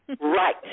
Right